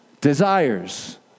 desires